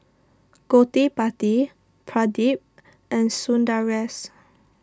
Gottipati Pradip and Sundaresh